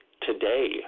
Today